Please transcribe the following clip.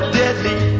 deadly